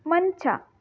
ಮಂಚ